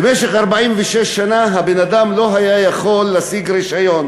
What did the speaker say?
במשך 46 שנה הבן-אדם לא היה יכול להשיג רישיון,